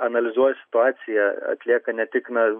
analizuoja situaciją atlieka ne tik na